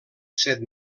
set